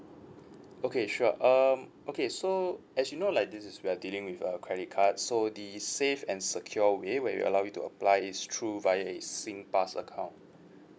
okay sure um okay so as you know like this is we are dealing with a credit card so the safe and secure way where we allow you to apply is through via a Singpass account